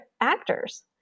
actors